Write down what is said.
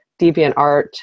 DeviantArt